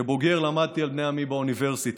כבוגר למדתי על בני עמי באוניברסיטה.